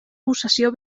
possessió